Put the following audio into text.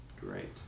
Great